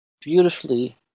beautifully